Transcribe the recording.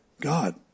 God